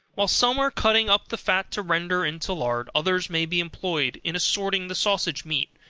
while some are cutting up the fat to render into lard, others may be employed in assorting the sausage meat,